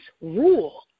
rule